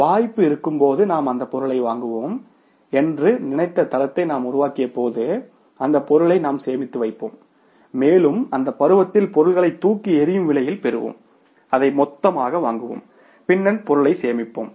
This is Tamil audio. வாய்ப்பு இருக்கும்போது நாம் அந்த பொருளை வாங்குவோம் என்று நினைத்த தரத்தை நாம் உருவாக்கியபோது அந்த பொருளை நாம் சேமித்து வைப்போம் மேலும் அந்த பருவத்தில் பொருட்களை தூக்கி எறியும் விலையில் பெறுவோம் அதை மொத்தமாக வாங்குவோம் பின்னர் பொருளை சேமிப்போம்